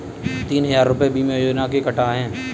तीन हजार रूपए बीमा योजना के कटा है